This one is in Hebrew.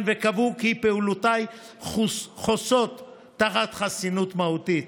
וקבעו כי פעולותיי חוסות תחת חסינות מהותית,